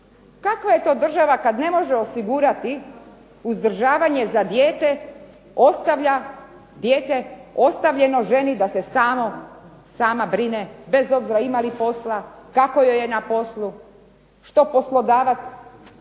Kakva je to država kada ne može osigurati uzdržavanje za dijete ostavlja dijete ostavljeno ženi da se sama brine, bez obzira ima li posla, kako joj je na poslu, što poslodavac od